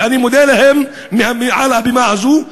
שאני מודה להם מעל הבימה הזאת,